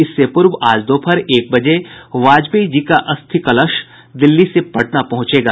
इससे पूर्व आज दोपहर एक बजे वाजपेयी जी का अस्थि कलश दिल्ली से पटना पहुंचेगा